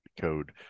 code